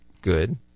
Good